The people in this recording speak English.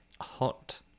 Hot